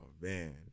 man